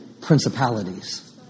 principalities